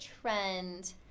trend